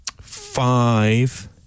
Five